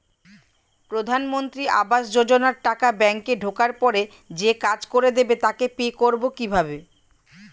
প্রধানমন্ত্রী আবাস যোজনার টাকা ব্যাংকে ঢোকার পরে যে কাজ করে দেবে তাকে পে করব কিভাবে?